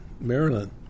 Maryland